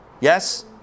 Yes